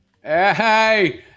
Hey